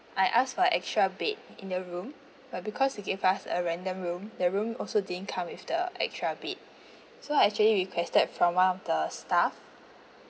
I asked for a extra bed in the room but because they gave us a random room the room also didn't come with the extra bed so I actually requested from one of the staff